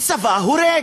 צבא הורג.